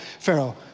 Pharaoh